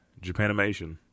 Japanimation